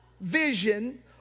vision